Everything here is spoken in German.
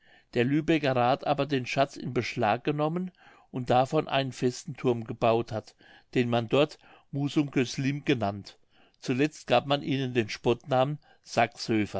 der lübecker rath aber den schatz in beschlag genommen und davon einen festen thurm gebaut hat den man dort musum cöslin genannt zuletzt gab man ihnen den spottnamen